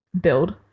build